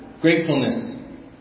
gratefulness